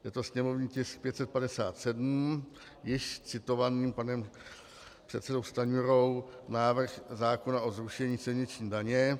Je to sněmovní tisk 557, již citovaný panem předsedou Stanjurou, návrh zákona o zrušení silniční daně.